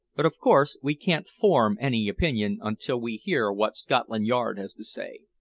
but, of course, we can't form any opinion until we hear what scotland yard has to say.